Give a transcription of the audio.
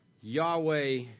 Yahweh